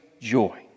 joy